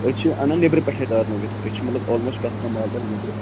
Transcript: أسۍ چھِ اَنَن نٮ۪برٕ پٮ۪ٹھَے تارنٲوِتھ أسۍ چھِ مطلب آلموسٹ پرٛٮ۪تھ کانٛہہ مال تاران نٮ۪برٕ